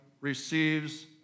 receives